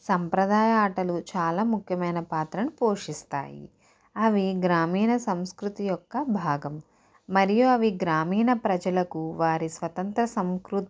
సాంప్రదాయ ఆటలు చాలా ముఖ్యమైన పాత్రను పోషిస్తాయి అవి గ్రామీణ సంస్కృతి యొక్క భాగం మరియు అవి గ్రామీణ ప్రజలకు వారి స్వతంత్ర సంక్రు